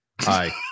hi